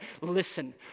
listen